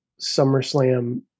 SummerSlam